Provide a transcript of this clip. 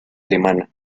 alemana